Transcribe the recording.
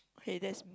hey that's